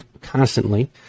constantly